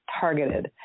targeted